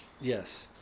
Yes